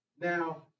Now